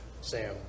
Sam